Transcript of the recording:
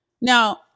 Now